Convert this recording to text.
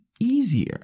easier